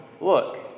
Look